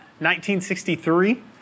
1963